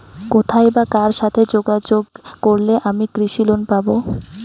কোথায় বা কার সাথে যোগাযোগ করলে আমি কৃষি লোন পাব?